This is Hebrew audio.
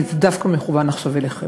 כי זה מכוון דווקא אליך,